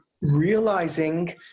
realizing